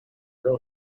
girl